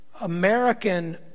American